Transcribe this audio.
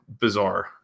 bizarre